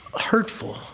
hurtful